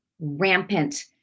rampant